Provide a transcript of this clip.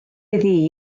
iddi